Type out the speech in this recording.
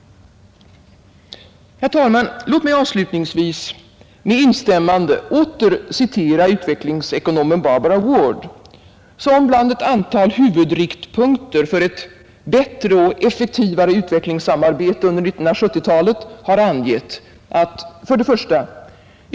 Herr talman! Låt mig avslutningsvis med instämmande åter citera utvecklingsekonomen Barbara Ward, som bland ett antal huvudriktpunkter för ett bättre och effektivare utvecklingssamarbete under 1970-talet har angett följande: 1.